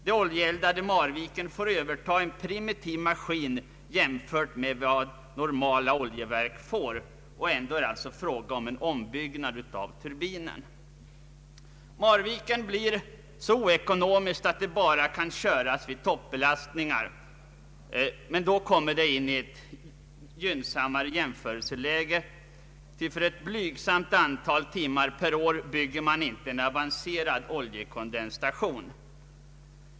Det oljeeldade Marviken får överta en primitiv maskin i jämförelse med vad normala oljeverk får, och ändå är det fråga om en ombyggnad av turbinen. Marviken blir så oekonomiskt att det bara kan köras vid toppbelastningar, men då kommer det in i ett gynnsammare jämförelseläge. Ty för ett blygsamt antal timmar per år bygger man inte en avancerad oljekondensstation.